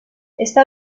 està